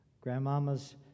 Grandmama's